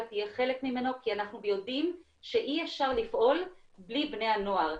תהיה חלק ממנו כי אנחנו יודעים שאי אפשר לפעול בלי בני הנוער,